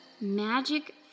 magic